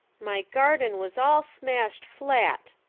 my garden was all smashed flat,